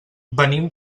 venim